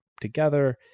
together